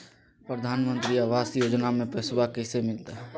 प्रधानमंत्री आवास योजना में पैसबा कैसे मिलते?